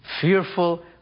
fearful